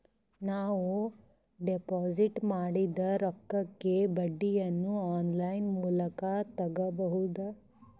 ನಾವು ಡಿಪಾಜಿಟ್ ಮಾಡಿದ ರೊಕ್ಕಕ್ಕೆ ಬಡ್ಡಿಯನ್ನ ಆನ್ ಲೈನ್ ಮೂಲಕ ತಗಬಹುದಾ?